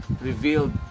revealed